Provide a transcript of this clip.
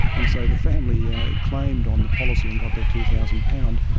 and so the family ah claimed on the policy and got their two thousand pounds.